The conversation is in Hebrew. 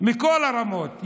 מכל הרמות.